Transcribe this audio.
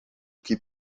que